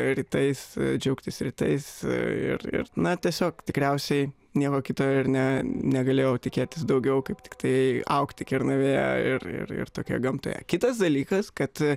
rytais džiaugtis rytais ir ir na tiesiog tikriausiai nieko kita ir ne negalėjau tikėtis daugiau kaip tiktai augti kernavėje ir ir tokie gamtoje kitas dalykas kad